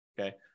okay